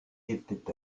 était